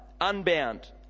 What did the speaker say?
unbound